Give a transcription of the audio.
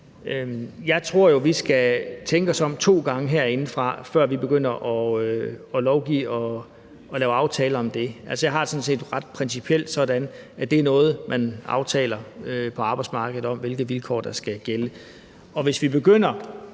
Jeg tror jo, at vi skal tænke os om to gange herinde, før vi begynder at lovgive og lave aftaler om det. Altså, jeg har det sådan set rent principielt sådan, at det er noget, man aftaler på arbejdsmarkedet, altså hvilke vilkår der skal gælde. Og hvis vi begynder